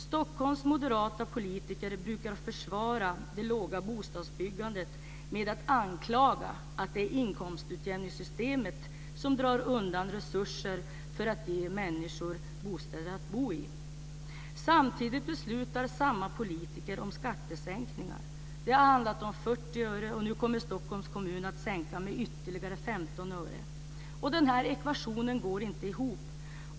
Stockholms moderata politiker brukar försvara det låga bostadsbyggandet med att anklaga inkomstutjämningssystemet för att dra undan resurser från bostadsbyggandet. Samtidigt beslutar samma politiker om skattesänkningar. Förra året handlade det om 40 öre. Nu kommer Stockholms kommun att genomföra en sänkning med ytterligare 15 öre. Denna ekvation går inte ihop.